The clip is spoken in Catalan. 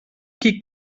qui